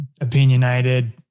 opinionated